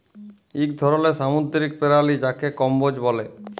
ইক ধরলের সামুদ্দিরিক পেরালি যাকে কম্বোজ ব্যলে